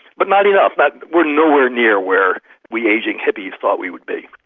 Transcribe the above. but not enough. but we're nowhere near where we ageing hippies thought we would be.